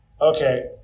okay